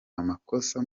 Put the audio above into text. amakosa